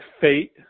fate